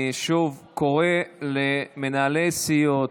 אני שוב קורא למנהלי הסיעות,